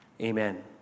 Amen